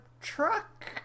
truck